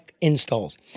installs